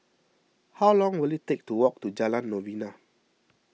how long will it take to walk to Jalan Novena